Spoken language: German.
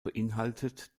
beinhaltet